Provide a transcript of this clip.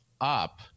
up